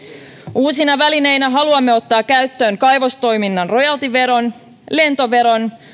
uusina välineinä haluamme ottaa käyttöön kaivostoiminnan rojaltiveron lentoveron